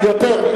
יותר.